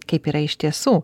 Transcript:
kaip yra iš tiesų